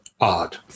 Odd